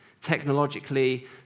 technologically